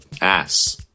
ass